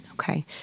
okay